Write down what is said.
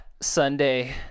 sunday